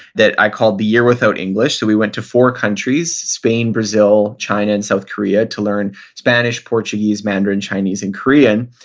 that i call the year without english. we went to four countries, spain, brazil, china and south korea, to learn spanish, portuguese, mandarin chinese and korean.